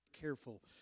careful